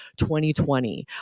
2020